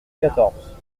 quatorze